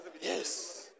yes